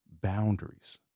boundaries